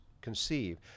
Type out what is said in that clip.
conceive